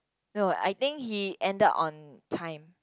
no I think he ended on time